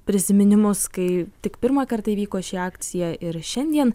prisiminimus kai tik pirmą kartą įvyko ši akcija ir šiandien